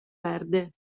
verde